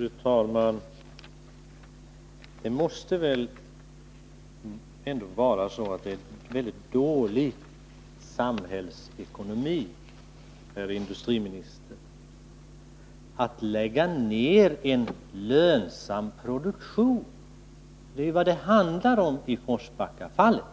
Fru talman! Det måste väl ändå vara väldigt dålig samhällsekonomi, herr industriminister, att lägga ner en lönsam produktion. Det är vad det handlar om i Forsbackafallet.